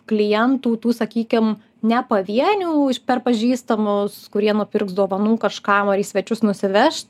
klientų tų sakykim ne pavienių per pažįstamus kurie nupirks dovanų kažkam ar į svečius nusivežt